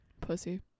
Pussy